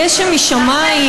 גשם משמיים,